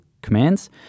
commands